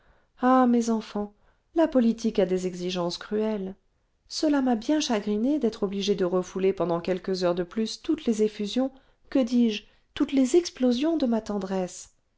ah mes enfants la politique a des exigences cruelles cela m'a bien chagrinée d'être obligée de refouler pendant quelques heures de plus toutes les effusions que dis-je toutes les explosions de ma tendresse